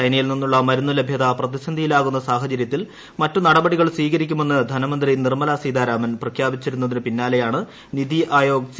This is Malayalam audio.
ചൈനയിൽ നിന്നുള്ള മരുന്ന് ലഭ്യത പ്രതിസന്ധിയിലാകുന്ന സാഹചര്യത്തിൽ മറ്റ് നടപടികൾ സ്വീകരിക്കുമെന്ന് ധനമന്ത്രി നിർമ്മല സീതാരാമൻ പ്രഖ്യാപിച്ചിരുന്നതിന് പിന്നാലെയാണ് നിതി ആയോഗ് സി